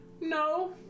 no